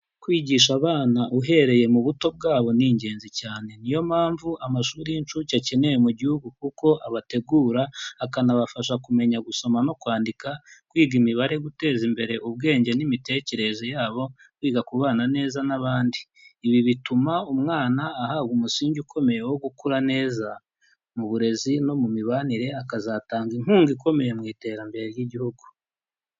Kwigisha abana uhereye mu buto bwabo ni ingenzi cyane. Niyo mpamvu amashuri y'incuke akenewe mu gihugu kuko abategura, akanabafasha kumenya gusoma no kwandika, kwiga imibare guteza imbere ubwenge n'imitekerereze yabo, kwiga kubana neza n'abandi. Ibi bituma umwana ahabwa umusingi ukomeye wo gukura neza mu burezi no mu mibanire, akazatanga inkunga ikomeye mu iterambere ry'igihugu.